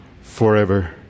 Forever